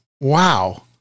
wow